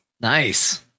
Nice